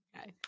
okay